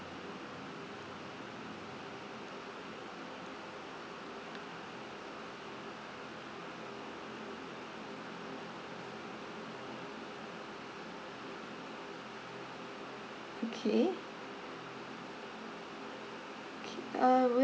okay okay uh